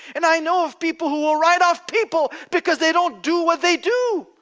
and i know of people who will write off people because they don't do what they do,